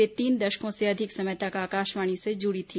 वे तीन दशकों से अधिक समय तक आकाशवाणी से जुड़ी रहीं